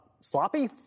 Sloppy